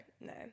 no